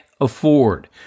afford